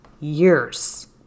years